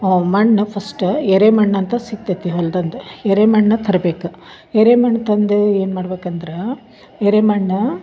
ಮಣ್ಣು ಫಸ್ಟು ಎರೆ ಮಣ್ಣು ಅಂತ ಸಿಕ್ತೈತಿ ಹೊಲ್ದಂದು ಎರೆ ಮಣ್ಣು ತರಬೇಕು ಎರೆ ಮಣ್ಣು ತಂದು ಏನು ಮಾಡ್ಬೇಕಂದ್ರೆ ಎರೆ ಮಣ್ಣು